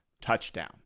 touchdown